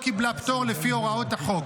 לפי הוראות החוק.